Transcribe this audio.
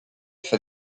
for